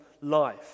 life